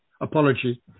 apology